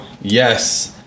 Yes